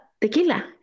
tequila